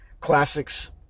classics